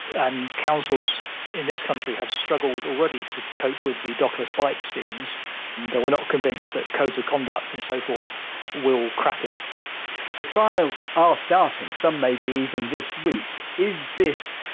and councils in this country have struggled already to cope with the dockless bike schemes and we're not convinced that codes of conduct and so forth will crack it the trials are starting, some may be even this week, is this,